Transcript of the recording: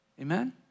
Amen